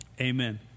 Amen